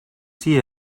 see